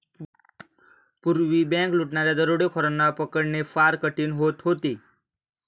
पूर्वी बँक लुटणाऱ्या दरोडेखोरांना पकडणे फार कठीण होत होते